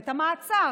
בבית המעצר,